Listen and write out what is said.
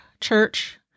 church